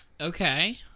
Okay